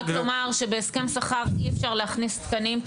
רק לומר שבהסכם שכר אי אפשר להכניס תקנים,